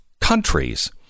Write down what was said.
countries